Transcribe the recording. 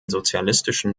sozialistischen